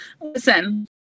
Listen